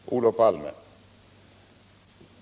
Herr talman! Olof Palme!